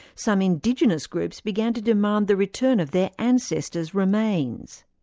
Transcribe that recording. some indigenous groups began to demand the return of their ancestors' remains.